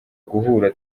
guhura